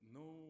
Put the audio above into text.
no